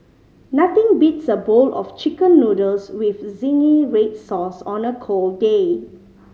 nothing beats a bowl of Chicken Noodles with zingy red sauce on a cold day